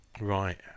Right